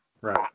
right